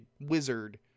Wizard